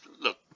look